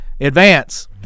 advance